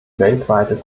weltweite